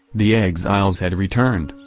the exiles had returned,